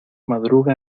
madruga